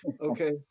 okay